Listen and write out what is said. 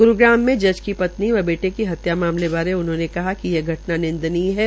ग्रूग्राम में जज की पत्नी व बेटे की हत्या मामले बारे उन्होंने कहा कि यह घटना निंदनीय हे